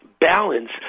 balance